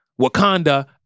Wakanda